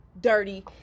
dirty